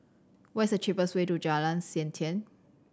what's the cheapest way to Jalan Siantan